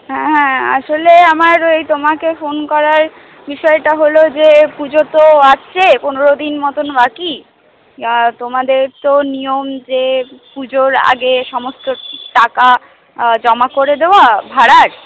হ্যাঁ আসলে আমার ওই তোমাকে ফোন করার বিষয়টা হলো যে পুজো তো আসছে পনেরোদিন মতো বাকি তোমাদের তো নিয়ম যে পুজোর আগে সমস্ত টাকা জমা করে দেওয়া ভাড়ার